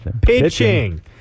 pitching